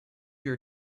your